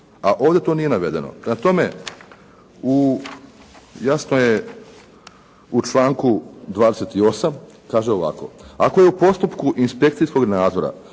a ovdje to nije navedeno. Prema tome jasno je u članku 28. kaže ovako. Ako je u postupku inspekcijskog nadzora